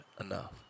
enough